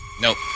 nope